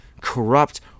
corrupt